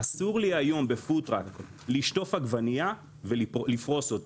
אסור לי היום בפוד-טראק לשטוף עגבנייה ולפרוס אותה.